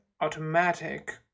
automatic